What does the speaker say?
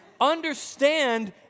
understand